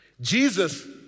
Jesus